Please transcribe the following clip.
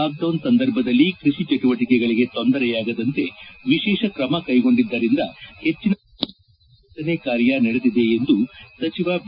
lockdown ಸಂದರ್ಭದಲ್ಲಿ ಕೃಷಿ ಚಟುವಟಿಕೆಗಳಿಗೆ ತೊಂದರೆಯಾಗದಂತೆ ವಿಶೇಷ ಕ್ರಮ ಕೈಗೊಂಡಿದ್ದರಿಂದ ಹೆಚ್ಚಿನ ಪ್ರದೇಶದಲ್ಲಿ ಬಿತ್ತನೆ ಕಾರ್ಯ ನಡೆದಿದೆ ಎಂದು ಸಚಿವ ಬಿ